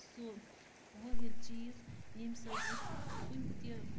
سُہ وٲحِد چیٖز ییٚمہِ سۭتۍ أسۍ کُنہِ تہِ